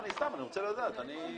אני רוצה לדעת.